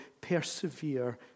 persevere